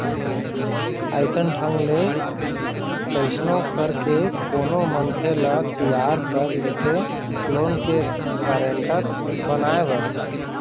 अइसन ढंग ले कइसनो करके कोनो मनखे ल तियार कर लेथे लोन के गारेंटर बनाए बर